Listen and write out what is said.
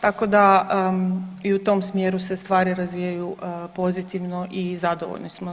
Tako da i u tom smjeru se stvari razvijaju pozitivno i zadovoljni smo.